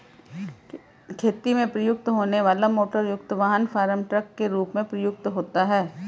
खेती में प्रयुक्त होने वाला मोटरयुक्त वाहन फार्म ट्रक के रूप में प्रयुक्त होता है